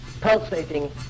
pulsating